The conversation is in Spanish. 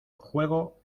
juego